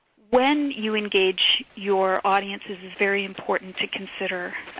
when you engage your audiences is very important to consider.